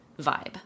vibe